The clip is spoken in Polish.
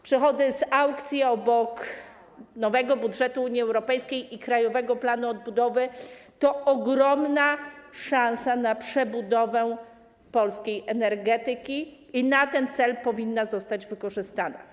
Przychody z aukcji obok nowego budżetu Unii Europejskiej i Krajowego Planu Odbudowy to ogromna szansa na przebudowę polskiej energetyki i na ten cel powinno to zostać wykorzystane.